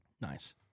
Nice